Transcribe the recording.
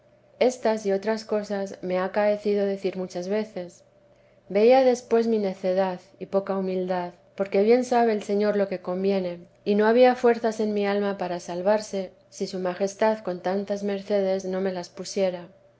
estas y otras cosas me ha acaecido decir muchas veces veía después mi necedad y poca humildad porque bien sabe el señor lo que conviene y que no había fuer vida t e la santa madre zas en mi alma para salvarse si su majestad con tantas mercedes no se las pusiera